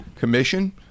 Commission